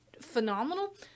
phenomenal